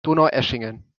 donaueschingen